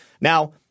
Now